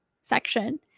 section